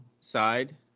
side